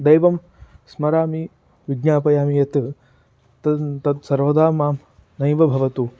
दैवं स्मरामि विज्ञापयामि यत् तत् तत् सर्वदा मां नैव भवतु